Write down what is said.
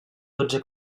dotze